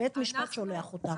בית משפט שולח אותה.